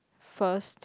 first